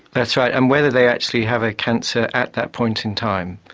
that's right, and whether they actually have a cancer at that point in time.